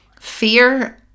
fear